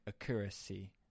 accuracy